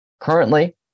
Currently